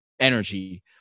energy